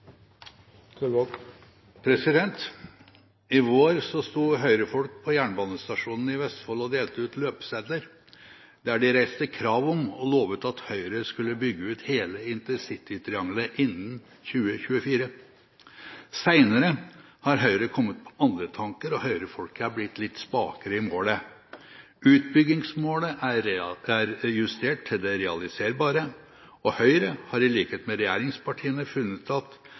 mulig. I vår sto Høyre-folk på jernbanestasjonene i Vestfold og delte ut løpesedler, der de reiste krav om – og lovet – at Høyre skulle bygge ut hele InterCity-triangelet innen 2024. Senere har Høyre kommet på andre tanker, og Høyre-folket er blitt litt spakere i målet. Utbyggingsmålet er justert til det realiserbare, og Høyre har i likhet med